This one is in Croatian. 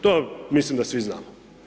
To mislim da svi znamo.